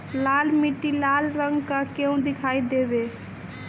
लाल मीट्टी लाल रंग का क्यो दीखाई देबे?